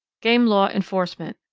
game law enforcement.